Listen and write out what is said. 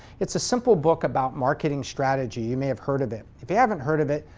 it's a simple book about marketing strategy. you may have heard of it. if you haven't heard of it,